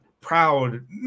proud